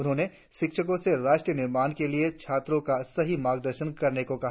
उन्होंने शिक्षको से राष्ट्रीय निर्माण के लिए छात्रों का सही मार्ग दर्शन करने को कहा